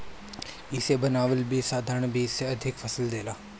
इसे बनावल बीज साधारण बीज से अधिका फसल देला